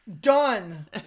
done